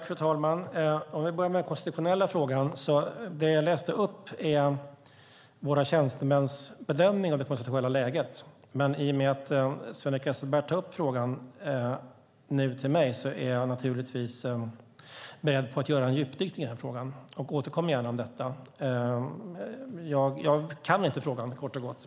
Fru talman! Om vi börjar med den konstitutionella frågan är det jag läste upp våra tjänstemäns bedömning av det konstitutionella läget. När Sven-Erik Österberg nu tar upp frågan med mig är jag naturligtvis beredd att göra en djupdykning i frågan och återkommer gärna om detta. Jag kan inte frågan, kort och gott.